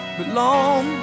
belong